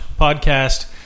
Podcast